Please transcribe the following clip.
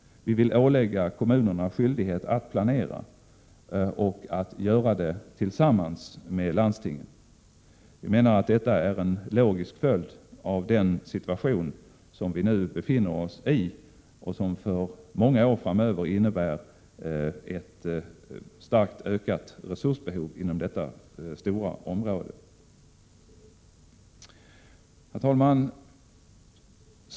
Vi vill ålägga kommunerna skyldighet att planera, och den planeringen skall göras tillsammans med landstingen. Vi menar att detta är en logisk följd av den situation som vi nu befinner oss i och som för många år framöver kommer att innebära ett starkt ökat resursbehov inom detta stora område. Herr talman!